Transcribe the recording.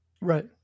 Right